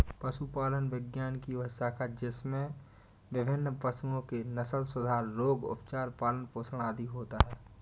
पशुपालन विज्ञान की वह शाखा है जिसमें विभिन्न पशुओं के नस्लसुधार, रोग, उपचार, पालन पोषण आदि होता है